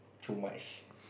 too much